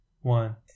one